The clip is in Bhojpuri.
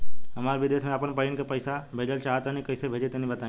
हम विदेस मे आपन बहिन के पास पईसा भेजल चाहऽ तनि कईसे भेजि तनि बताई?